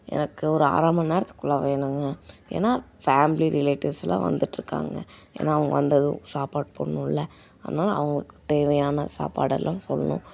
எனக்கு ஒரு அரை மணி நேரத்துக்குள்ளே வேணும்ங்க ஏன்னா ஃபேமிலி ரிலேட்டிவ்ஸ்லாம் வந்துகிட்ருக்காங்க ஏன்னா அவங்க வந்ததும் சாப்பாடு போடணும்ல அதனால அவங்களுக்கு தேவையான சாப்பாடெல்லாம் சொல்லணும்